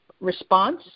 response